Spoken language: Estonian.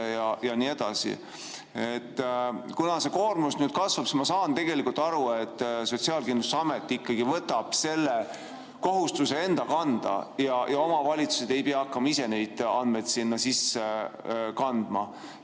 ja nii edasi. Kuna see koormus nüüd kasvab, siis ma saan tegelikult aru, et Sotsiaalkindlustusamet ikkagi võtab selle kohustuse enda kanda ja omavalitsused ei pea hakkama ise neid andmeid sinna sisse kandma